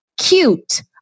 cute